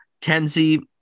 Kenzie